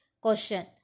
Question